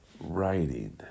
writing